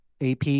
AP